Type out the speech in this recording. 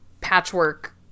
patchwork